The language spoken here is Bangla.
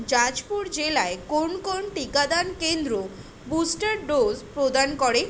জাজপুর জেলায় কোন কোন টিকাদান কেন্দ্র বুস্টার ডোজ প্রদান করে